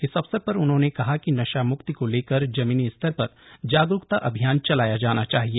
इस अवसर पर उन्होंने कहा कि नशा मुक्ति को लेकर जमीनी स्तर पर जागरूकता अभियान चलाया जाना चाहिए